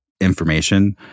Information